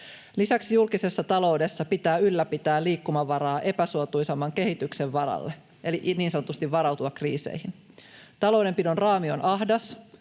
Lisäksi julkisessa taloudessa pitää ylläpitää liikkumavaraa epäsuotuisamman kehityksen varalle eli niin sanotusti varautua kriiseihin. Taloudenpidon raami on ahdas,